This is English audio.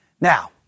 Now